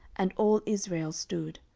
and all israel stood.